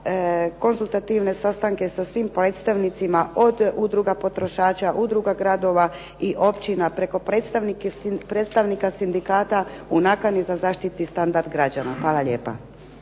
konzultativne sastane sa svim predstavnicima od udruga potrošača, udruga gradova i općina preko predstavnika sindikata u nakani za zaštiti standarda građana. Hvala lijepa.